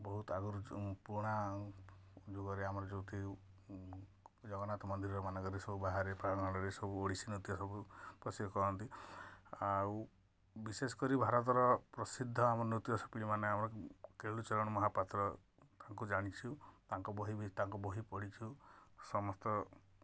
ବହୁତ ଆଗରୁ ପୁରୁଣା ଯୁଗରେ ଆମର ଯେଉଁଠି ଜଗନ୍ନାଥ ମନ୍ଦିରମାନଙ୍କରେ ସବୁ ବାହାରେ ପ୍ରାଣ ଆଡ଼ରେ ସବୁ ଓଡ଼ିଶୀ ନୃତ୍ୟ ସବୁ ପ୍ରସିଦ୍ଧ କରନ୍ତି ଆଉ ବିଶେଷ କରି ଭାରତର ପ୍ରସିଦ୍ଧ ଆମର ନୃତ୍ୟ ଶିଳ୍ପୀ ଆମର କେଳୁଚରଣ ମହାପାତ୍ର ତାଙ୍କୁ ଜାଣିଛୁ ତାଙ୍କ ବହିବି ତାଙ୍କ ବହି ପଢ଼ିଛୁ ସମସ୍ତ